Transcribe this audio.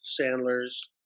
Sandler's